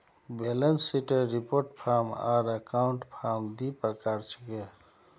balance शीटेर report form आर account form दी प्रकार छिके